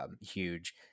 huge